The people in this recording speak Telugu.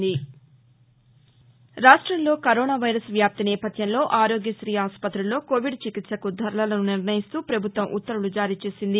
ర్భాష్టంలో కరోనా వైరస్ వ్యాప్తి నేపథ్యంలో ఆరోగ్య శ్రీ ఆసుపుతుల్లో కోవిడ్ చికిత్సకు ధరలను నిర్ణయిస్తూ ప్రభుత్వం ఉత్తర్వులు జారీ చేసింది